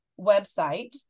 website